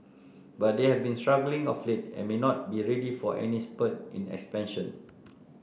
but they have been struggling of late and may not be ready for any spurt in expansion